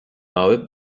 mały